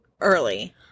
early